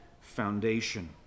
foundation